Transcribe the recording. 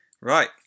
Right